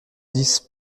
dix